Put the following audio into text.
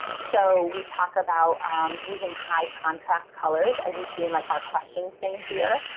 so we talk about using high contrast colors, as you see in like our questions thing here.